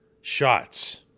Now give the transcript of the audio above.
shots